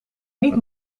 niet